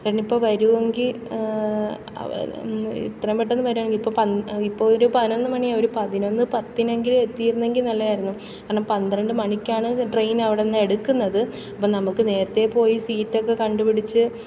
ചേട്ടനിപ്പോൾ വരുമെങ്കിൽ എത്രയും പെട്ടെന്നു വരുമെങ്കിൽ ഇപ്പം പ ഇപ്പൊരു പതിനൊന്നു മണിയായി ഒരു പതിനൊന്ന് പത്തിനെങ്കിലും എത്തിയിരുന്നെങ്കിൽ നല്ലതായിരുന്നു കാരണം പന്ത്രണ്ടു മണിക്കാണ് ട്രെയിൻ അവിടെനിന്നെടുക്കുന്നത് അപ്പോൾ നമുക്കു നേരത്തെപോയി സീറ്റൊക്കെ കണ്ടു പിടിച്ച്